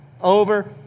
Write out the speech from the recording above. over